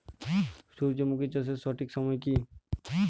সূর্যমুখী চাষের সঠিক সময় কি?